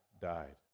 died